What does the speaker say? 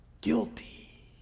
guilty